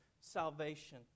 salvation